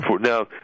Now